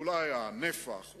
אולי הנפח,